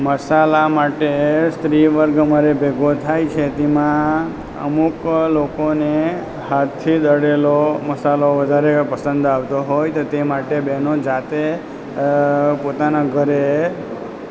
મસાલા માટે સ્ત્રીવર્ગ અમારી ભેગો થાય છે તેમાં અમુક લોકોને હાથથી દળેલો મસાલો વધારે પસંદ આવતો હોય તો તે માટે બેનો જાતે પોતાના ઘરે